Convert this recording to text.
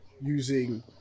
using